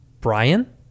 Brian